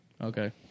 Okay